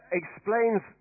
explains